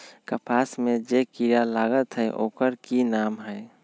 कपास में जे किरा लागत है ओकर कि नाम है?